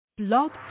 blog